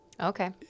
Okay